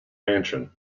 mansion